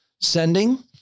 Sending